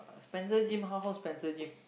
Spencer gym how how Spencer gym